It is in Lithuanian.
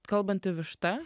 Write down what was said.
kalbanti višta